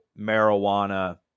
marijuana